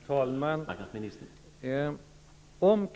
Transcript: Herr talman!